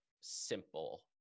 simple